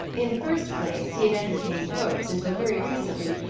in the first place, he had entertained hopes, until very recently,